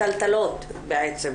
טלטלות בעצם,